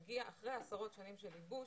זה מגיע אחרי עשרות שנים של ייבוש,